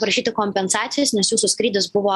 prašyti kompensacijos nes jūsų skrydis buvo